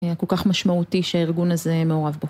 כל כך משמעותי שהארגון הזה מעורב בו